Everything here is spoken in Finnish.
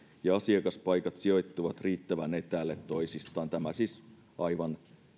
ja asiakaspaikat sijoittuvat riittävän etäälle toisistaan tämä siis aivan